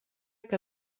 que